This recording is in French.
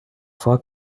fois